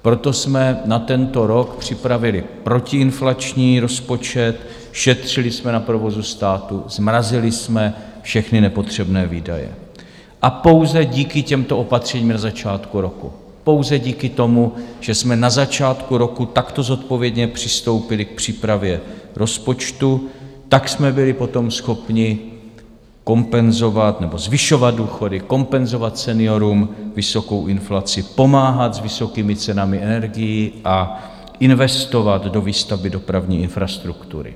Proto jsme na tento rok připravili protiinflační rozpočet, šetřili jsme na provozu státu, zmrazili jsme všechny nepotřebné výdaje a pouze díky těmto opatřením na začátku roku, pouze díky tomu, že jsme na začátku roku takto zodpovědně přistoupili k přípravě rozpočtu, tak jsme byli potom schopni kompenzovat nebo zvyšovat důchody, kompenzovat seniorům vysokou inflaci, pomáhat s vysokými cenami energií a investovat do výstavby dopravní infrastruktury.